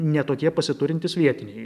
ne tokie pasiturintys vietiniai